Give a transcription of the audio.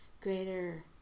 greater